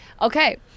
Okay